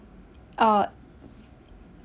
uh